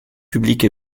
publiques